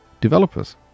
developers